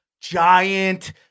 giant